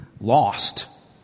lost